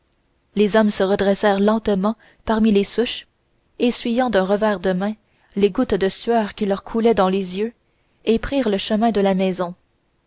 les hommes se redressèrent lentement parmi les souches essuyant d'un revers de main les gouttes de sueur qui leur coulaient dans les yeux et prirent le chemin de la maison